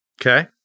Okay